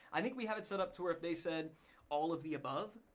i think we have it set up to where if they said all of the above,